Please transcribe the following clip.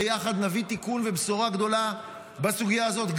ביחד נביא תיקון ובשורה גדולה בסוגיה הזאת,